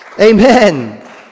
Amen